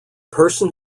person